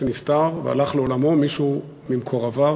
כשנפטר והלך לעולמו מישהו ממקורביו,